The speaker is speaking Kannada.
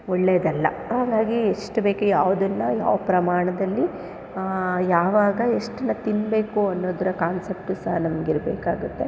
ಒಳ್ಳೇದಲ್ಲ ಹಾಗಾಗಿ ಎಷ್ಟು ಬೇಕು ಯಾವುದನ್ನು ಯಾವ ಪ್ರಮಾಣದಲ್ಲಿ ಯಾವಾಗ ಎಷ್ಟನ್ನ ತಿನ್ನಬೇಕು ಅನ್ನೋದರ ಕಾನ್ಸೆಪ್ಟ್ ಸಹ ನಮಗಿರ್ಬೇಕಾಗತ್ತೆ